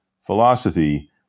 philosophy